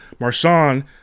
Marshawn